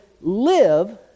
live